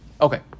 Okay